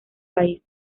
país